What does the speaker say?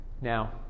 now